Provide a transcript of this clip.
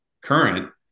current